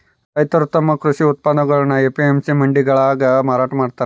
ರೈತರು ತಮ್ಮ ಕೃಷಿ ಉತ್ಪನ್ನಗುಳ್ನ ಎ.ಪಿ.ಎಂ.ಸಿ ಮಂಡಿಗಳಾಗ ಮಾರಾಟ ಮಾಡ್ತಾರ